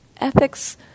ethics